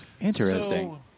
Interesting